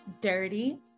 Dirty